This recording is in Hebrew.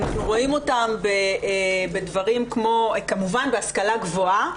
אנחנו רואים אותם בדברים כמובן בהשכלה גבוהה.